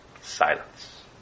Silence